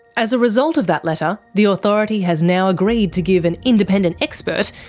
as a result of that letter, the authority has now agreed to give an independent expert,